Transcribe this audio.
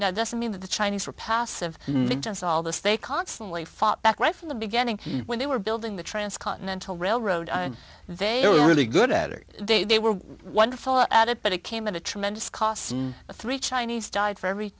now doesn't mean that the chinese were passive just all this they constantly fought back right from the beginning when they were building the transcontinental railroad they were really good at it they were wonderful at it but it came at a tremendous cost three chinese died for every